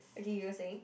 okay you were saying